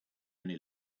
only